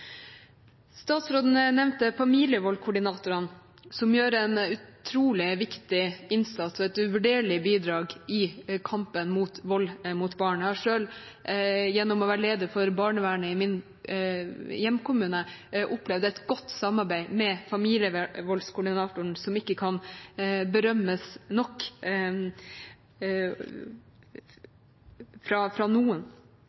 Statsråden nevnte familievoldskoordinatorene, som gjør en utrolig viktig innsats og er et uvurderlig bidrag i kampen mot vold mot barn. Jeg har selv gjennom å være leder for barnevernet i min hjemkommune opplevd et godt samarbeid med familievoldskoordinatoren, som ikke kan berømmes nok